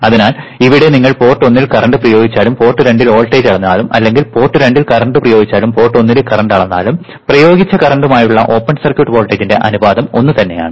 അതിനാൽ ഇവിടെ നിങ്ങൾ പോർട്ട് ഒന്നിൽ കറന്റ് പ്രയോഗിച്ചാലും പോർട്ട് രണ്ടിൽ വോൾട്ടേജ് അളന്നാലും അല്ലെങ്കിൽ പോർട്ട് രണ്ടിൽ കറന്റ് പ്രയോഗിച്ചാലും പോർട്ട് ഒന്നിലെ കറന്റ് അളന്നാലും പ്രയോഗിച്ച കറന്റുമായുള്ള ഓപ്പൺ സർക്യൂട്ട് വോൾട്ടേജിന്റെ അനുപാതം ഒന്നുതന്നെയാണ്